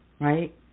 right